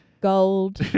Gold